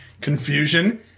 confusion